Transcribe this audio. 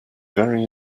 very